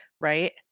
right